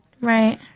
Right